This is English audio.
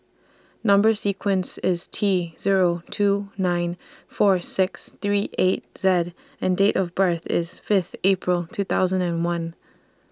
Number sequence IS T Zero two nine four six three eight Z and Date of birth IS Fifth April two thousand and one